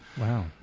wow